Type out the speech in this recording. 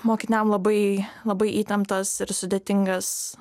mokiniam labai labai įtemptas ir sudėtingas